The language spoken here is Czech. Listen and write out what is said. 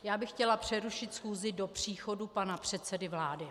Já bych chtěla přerušit schůzi do příchodu pana předsedy vlády.